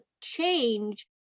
change